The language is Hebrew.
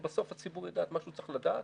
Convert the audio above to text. בסוף הציבור ידע את מה שהוא צריך לדעת